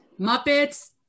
Muppets